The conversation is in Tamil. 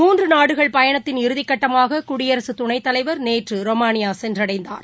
மூன்றுநாடுகள் பயணத்தின் இறதிக்கட்டமாககுடியரசுத் துணைத்தலைவர் நேற்றுரொமானியாசென்றடைந்தார்